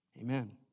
Amen